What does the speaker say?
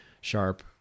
sharp